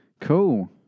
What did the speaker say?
cool